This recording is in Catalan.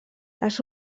les